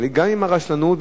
אבל גם לגבי רשלנות,